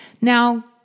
Now